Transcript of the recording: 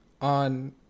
on